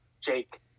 Jake